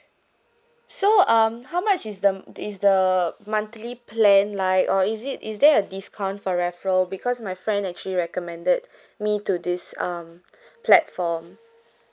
so um how much is the is the monthly plan like or is it is there a discount for referral because my friend actually recommended me to this um platform